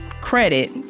credit